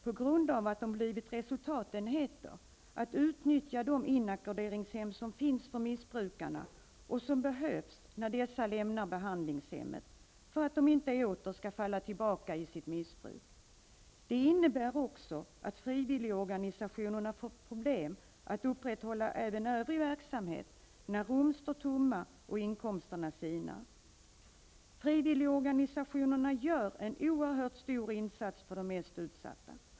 På grund av att de har blivit resultatenheter har de inte längre råd att utnyttja de inackorderingshem som finns för missbrukarna och som behövs när dessa lämnar behandlingshemmet för att de inte åter skall falla tillbaka i sitt missbruk. Det innebär också att frivilligorganisationerna får problem att upprätthålla även övrig verksamhet när rum står tomma och inkomsterna sinar. Frivilligorganisationerna gör en oerhört stor insats för de mest utsatta.